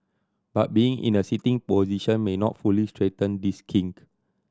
but being in a sitting position may not fully straighten this kink